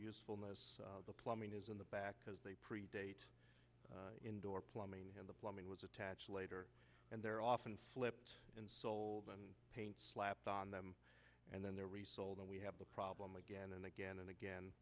usefulness the plumbing is in the back because they predate indoor plumbing and the plumbing was attached later and they're often flipped and sold and paint slapped on them and then they're resold and we have the problem again and again and again